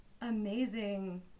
amazing